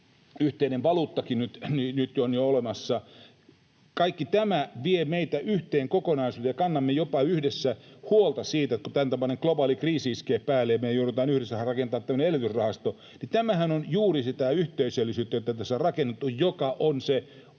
yhteinen valuuttakin nyt on jo olemassa — kaikki tämä vie meitä yhteen kokonaisuuteen, ja kannamme jopa yhdessä huolta siitä, että kun tämäntapainen globaali kriisi iskee päälle ja me joudutaan yhdessä rakentamaan tämmöinen elvytysrahasto. Tämähän on juuri sitä yhteisöllisyyttä, jota tässä on rakennettu ja joka on se olennaisin